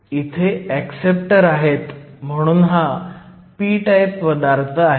इथे ऍक्सेप्टर आहेत म्हणून हा p टाईप पदार्थ आहे